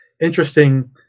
interesting